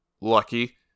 Lucky